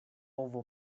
ovo